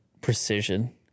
precision